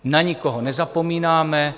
Na nikoho nezapomínáme.